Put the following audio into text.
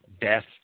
death